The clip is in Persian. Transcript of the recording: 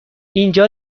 اینجا